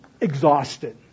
exhausted